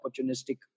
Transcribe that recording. opportunistic